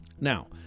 Now